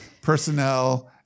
personnel